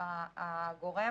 הגורם